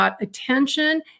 attention